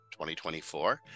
2024